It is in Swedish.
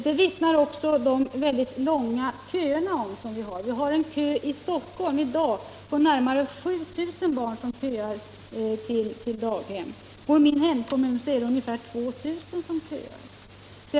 Det vittnar också de mycket långa köerna om. Här i Stockholm har vi i dag en kö på närmare 7 000 barn för vilka man önskar plats på daghem. Och i min hemkommun är det ungefär 2000 barn som köar.